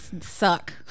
suck